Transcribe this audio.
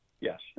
Yes